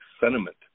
sentiment